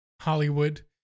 Hollywood